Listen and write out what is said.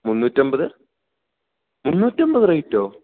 മുന്നൂറ്റമ്പത് മുന്നൂറ്റമ്പത് റേറ്റോ